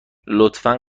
لطفا